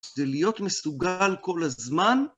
כדי להיות מסוגל כל הזמן.